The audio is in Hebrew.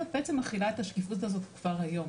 בעצם מכילה את השקיפות הזאת כבר היום.